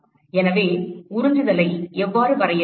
எனவே உறிஞ்சுதலை எவ்வாறு வரையறுப்பது